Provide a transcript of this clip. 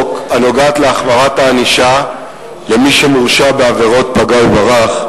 הנוגעת להחמרת הענישה של מי שמורשע בעבירת פגע וברח.